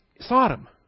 Sodom